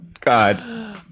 God